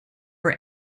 were